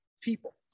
people